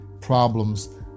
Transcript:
Problems